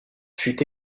fut